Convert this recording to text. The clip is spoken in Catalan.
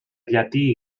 llatí